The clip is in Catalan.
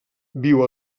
viu